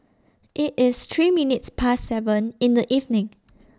IT IS three minutes Past seven in The evening